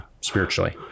Spiritually